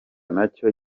nacyo